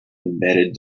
embedded